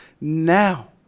now